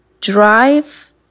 drive